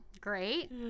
Great